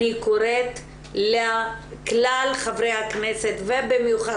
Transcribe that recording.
אני קוראת לכלל חברי הכנסת ובמיוחד